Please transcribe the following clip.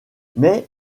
mais